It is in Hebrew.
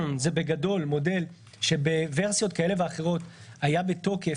זה בגדול מודל שבוורסיות כאלה ואחרות היה בתוקף